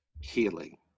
healing